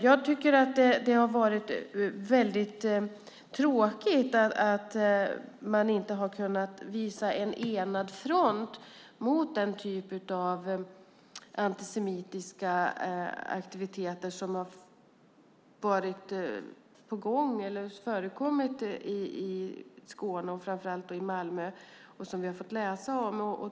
Jag tycker att det är tråkigt att man inte har kunnat visa en enad front mot den typ av antisemitiska aktiviteter som har förekommit i Skåne, framför allt i Malmö, och som vi har fått läsa om.